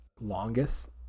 longest